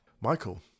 Michael